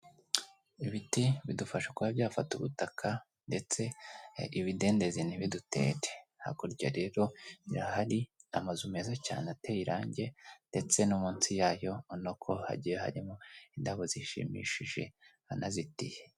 Ibiti bidufasha kuba byafata ubutaka ndetse ibidendezi ntibidutere, hakurya rero birahari amazu meza cyane ateye irangi ndetse no munsi yayo ubona ko hagiye harimo indabo zishimishije hanazitiye.